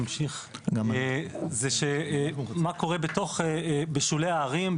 זה מה קורה בשולי הערים,